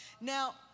Now